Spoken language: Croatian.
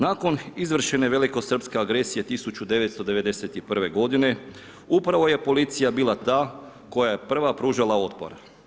Nakon izvršene velikosrpske agresije 1991. godine upravo je policija bila ta koja je prva pružala otpor.